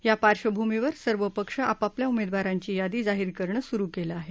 या पार्श्वभूमीवर सर्व पक्ष आपापल्या उमेदवारांची यादी जाहीर करणं सुरु केलं आहे